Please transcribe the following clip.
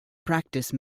practice